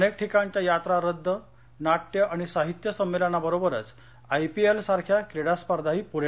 अनेक ठिकाणच्या यात्रा रद्द नाट्य आणि साहित्य सम्मेलनांबरोबरच आयपीएल सारख्या क्रीडा स्पर्धाही पुढे